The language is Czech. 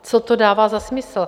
Co to dává za smysl?